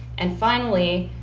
and finally,